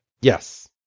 Yes